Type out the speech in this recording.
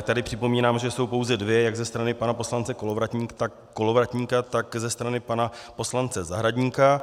Tady připomínám, že jsou pouze dvě, jak ze strany pana poslance Kolovratníka, tak ze strany pana poslance Zahradníka.